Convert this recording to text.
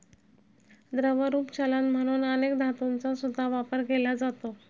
द्रवरूप चलन म्हणून अनेक धातूंचा सुद्धा वापर केला जातो